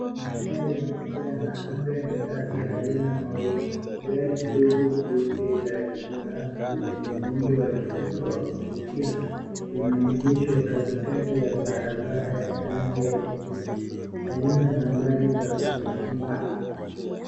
Masaa ya mchana, anga ni safi halina mawingu. Gari dogo jeupe la kibinafsi lenye muundo wa kisasa wa kuvutia, limeegeshwa katikati ya barabara ya rangi ya kijivu, halina nambari za usajili.